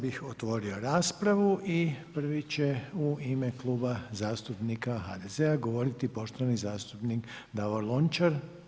Sada bih otvorio raspravu i prvi će u ime Kluba zastupnika HDZ-a govoriti poštovani zastupnik Davor Lončar.